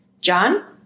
John